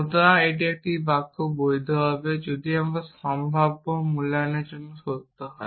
সুতরাং একটি বাক্য বৈধ হবে যদি সমস্ত সম্ভাব্য মূল্যায়নের জন্য সত্য হয়